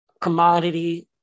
commodity